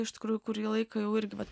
iš tikrųjų kurį laiką jau irgi vat